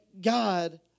God